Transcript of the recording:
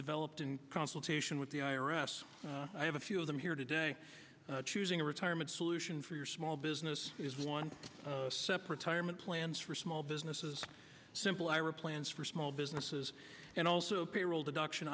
developed in consultation with the i r s i have a few of them here today choosing a retirement solution for your small business is one separate tire plans for small businesses simple ira plans for small businesses and also payroll deduction